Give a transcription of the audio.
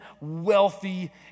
wealthy